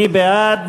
מי בעד?